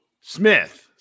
Smith